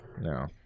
No